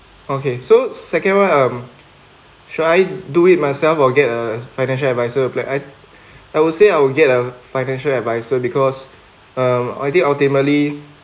okay so second [one] um should I do it myself or get a financial adviser to plan I I would say I would get a financial adviser because um I think ultimately